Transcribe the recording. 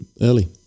Early